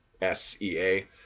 S-E-A